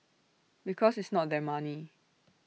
because it's not their money